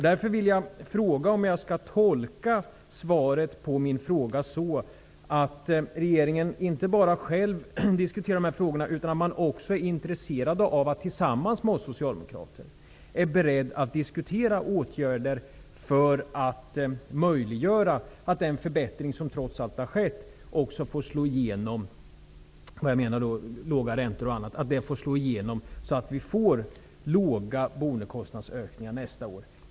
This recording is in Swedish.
Jag vill därför fråga om jag skall tolka svaret på min fråga så, att regeringen inte bara själv vill diskutera dessa frågor utan också är intresserad av att tillsammans med oss socialdemokrater överlägga om åtgärder för att möjliggöra att den förbättring i form av låga räntor och annat som trots allt har skett också får slå igenom, så att vi får låga boendekostnadsökningar nästa år.